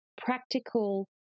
practical